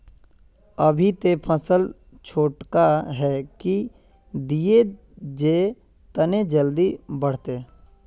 अभी ते फसल छोटका है की दिये जे तने जल्दी बढ़ते?